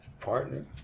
partner